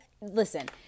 listen